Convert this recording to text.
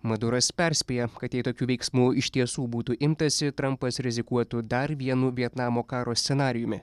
maduras perspėja kad jei tokių veiksmų iš tiesų būtų imtasi trampas rizikuotų dar vienu vietnamo karo scenarijumi